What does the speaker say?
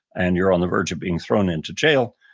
and you're on the verge of being thrown into jail,